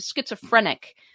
schizophrenic